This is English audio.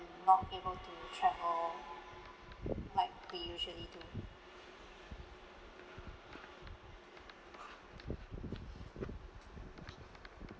not able to travel like we usually do